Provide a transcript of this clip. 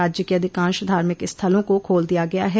राज्य के अधिकांश धार्मिक स्थलों को खोल दिया गया है